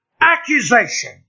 accusation